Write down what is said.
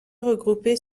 regrouper